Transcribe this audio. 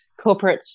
corporates